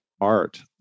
art